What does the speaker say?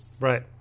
Right